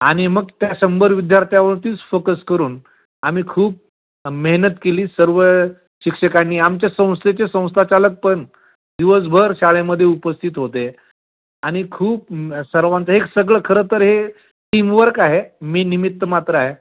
आणि मग त्या शंभर विद्यार्थ्यांवरतीच फोकस करून आम्ही खूप मेहनत केली सर्व शिक्षकांनी आमच्या संस्थेचे संस्थाचालक पण दिवसभर शाळेमध्ये उपस्थित होते आणि खूप म् सर्वांचं एक सगळं खरं तर हे टीमवर्क आहे मी निमित्तमात्र आहे